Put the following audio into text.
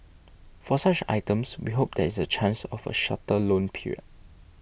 for such items we hope there is a chance of a shorter loan period